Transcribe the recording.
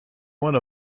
one